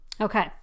Okay